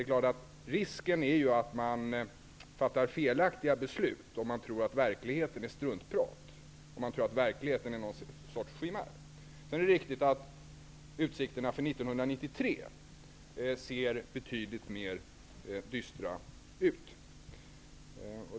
Risken finns att man fattar felaktiga beslut om man tror att verkligheten är struntprat eller något slags chimär. Det är riktigt att utsikterna för 1993 ser betyd ligt mer dystra ut.